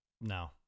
No